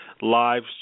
live